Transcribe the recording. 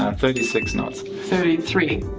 um thirty six knots thirty three